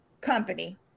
company